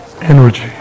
energy